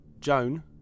Joan